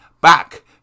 back